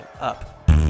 up